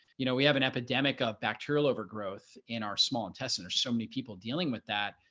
you know, we have an epidemic of bacterial overgrowth in our small intestine or so many people dealing with that.